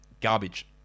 Garbage